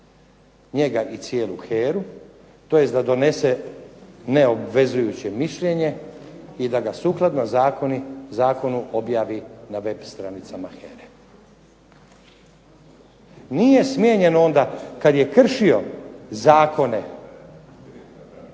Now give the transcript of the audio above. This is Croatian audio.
njega i cijelu HERA-u tj. da donese neobvezujuće mišljenje i da ga sukladno zakonu objavi na web stranicama HERA-e. Nije smijenjen onda kada je kršio zakone